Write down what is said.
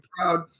proud